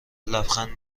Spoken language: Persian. لبخند